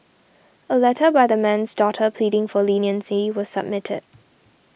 a letter by the man's daughter pleading for leniency was submitted